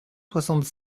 soixante